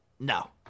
No